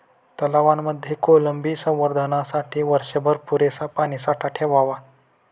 तलावांमध्ये कोळंबी संवर्धनासाठी वर्षभर पुरेसा पाणीसाठा ठेवावा